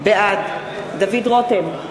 בעד דוד רותם,